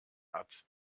hat